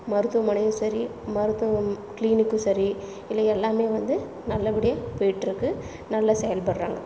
மருத்துவமனையும் சரி மருத்துவம் கிளீனிக்கும் சரி இதில் எல்லாமே வந்து நல்ல படியாக போயிகிட்டு இருக்கு நல்லா செயல்படுறாங்க